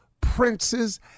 princes